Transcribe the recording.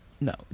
No